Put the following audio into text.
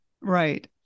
Right